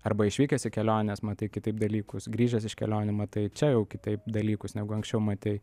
arba išvykęs į keliones matai kitaip dalykus grįžęs iš kelionių matai čia jau kitaip dalykus negu anksčiau matei